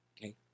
okay